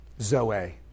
zoe